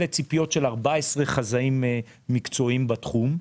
אלה ציפיות של 14 חזאים מקצועיים בתחום,